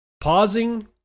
Pausing